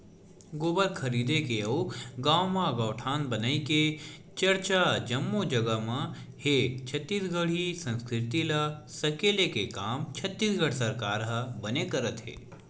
गोबर खरीदे के अउ गाँव म गौठान बनई के चरचा जम्मो जगा म हे छत्तीसगढ़ी संस्कृति ल सकेले के काम छत्तीसगढ़ सरकार ह बने करत हे